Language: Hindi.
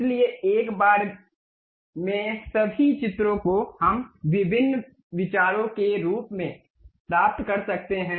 इसलिए एक बार में सभी चित्रों को हम विभिन्न विचारों के रूप में प्राप्त कर सकते हैं